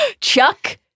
Chuck